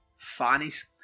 fannies